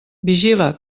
vigila